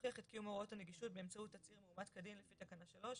יוכיח את קיום הוראות הנגישות באמצעות תצהיר מאומת כדין לפי תקנה 3,